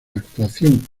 actuación